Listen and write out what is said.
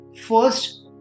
first